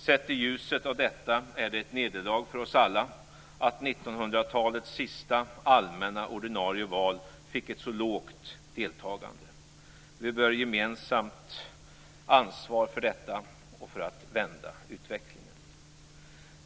Sett i ljuset av detta är det ett nederlag för oss alla att 1900-talets sista allmänna ordinarie val fick ett så lågt valdeltagande. Vi bär gemensamt ansvar för detta och för att vända utvecklingen.